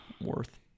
Worth